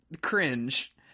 Cringe